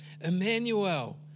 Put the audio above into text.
Emmanuel